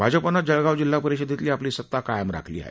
भाजपनं जळगांव जिल्हा परिषदेमधली आपली सता कायम राखली आहे